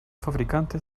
fabricantes